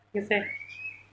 it's like